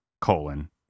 colon